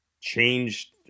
changed